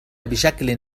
بشكل